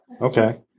okay